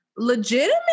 legitimate